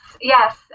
yes